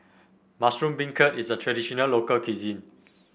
Mushroom Beancurd is a traditional local cuisine